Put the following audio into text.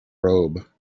robe